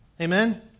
Amen